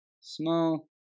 small